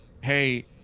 hey